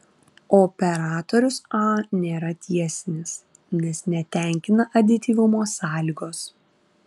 operatorius a nėra tiesinis nes netenkina adityvumo sąlygos